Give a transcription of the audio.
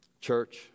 Church